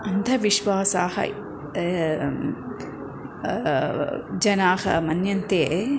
अन्धविश्वासाः जनाः मन्यन्ते